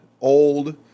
Old